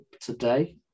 today